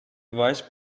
vice